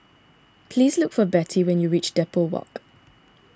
please look for Bettye when you reach Depot Walk